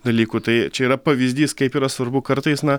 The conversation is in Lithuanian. dalykų tai čia yra pavyzdys kaip yra svarbu kartais na